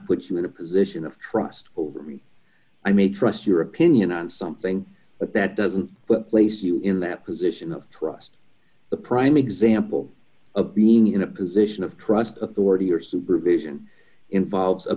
put you in a position of trust over me i may trust your opinion on something but that doesn't but place you in that position of trust the prime example of being in a position of trust authority or supervision involves a